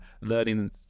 learning